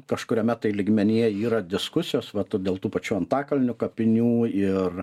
kažkuriame tai lygmenyje yra diskusijos vat dėl tų pačių antakalnio kapinių ir